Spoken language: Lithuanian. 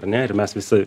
ar ne ir mes visi